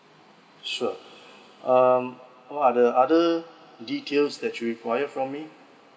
sure um all other other details that you require from me